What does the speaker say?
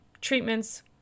treatments